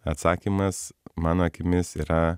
atsakymas mano akimis yra